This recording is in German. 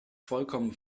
vollkommen